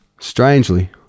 Strangely